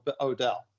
Odell